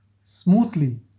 smoothly